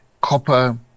copper